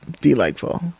Delightful